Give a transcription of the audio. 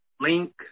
link